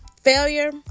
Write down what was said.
failure